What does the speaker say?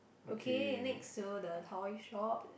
okay next so the toy shop